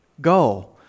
Go